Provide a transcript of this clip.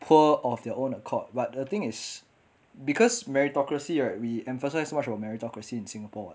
poor of their own accord but the thing is because meritocracy right we emphasise much of meritocracy in singapore